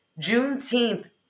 Juneteenth